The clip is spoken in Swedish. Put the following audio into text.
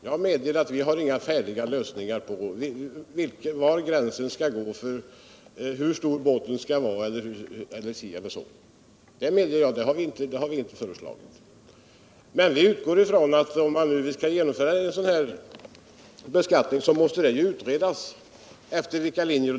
Jag medger att vi inte har några färdiga lösningar i fråga om hur stor båten skall vara etc... men vi utgår ifrån att om det skall genomföras en sådan här beskattning så måste detta först utredas.